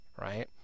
right